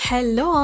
Hello